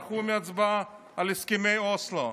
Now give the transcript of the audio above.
ברחו מהצבעה על הסכמי אוסלו.